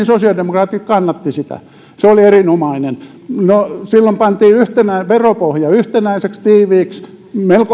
sosiaalidemokraatit kannattivat sitä se oli erinomainen no silloin pantiin yhteinen veropohja yhtenäiseksi tiiviiksi